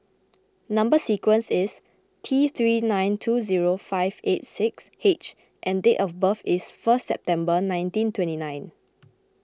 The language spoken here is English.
Number Sequence is T three nine two zero five eight six H and date of birth is first September nineteen twenty nine